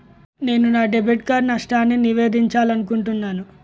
నేను నా debit card నష్టాన్ని నివేదించాలనుకుంటున్నాను